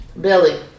Billy